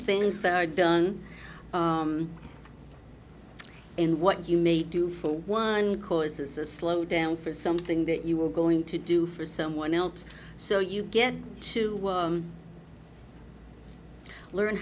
things are done and what you may do for one course is a slowdown for something that you were going to do for someone else so you get to learn